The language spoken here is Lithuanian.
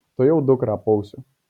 tuojau dukrą apausiu